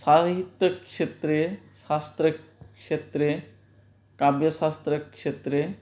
साहित्यक्षेत्रे शास्त्रक्षेत्रे काव्यशास्त्रक्षेत्रे